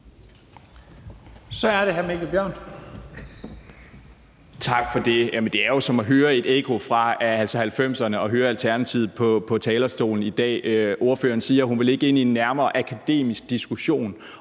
Kl. 11:41 Mikkel Bjørn (DF): Tak for det. Det er jo som at høre et ekko fra 1990'erne at høre Alternativets ordfører på talerstolen i dag. Ordføreren siger, at hun ikke vil gå nærmere ind i en akademisk diskussion